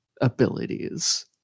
abilities